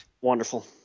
wonderful